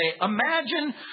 Imagine